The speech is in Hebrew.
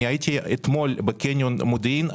הייתי אתמול בקניון מודיעין.